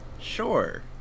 Sure